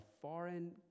foreign